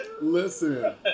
Listen